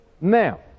Now